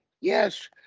Yes